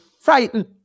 frightened